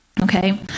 Okay